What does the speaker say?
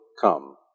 come